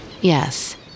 Yes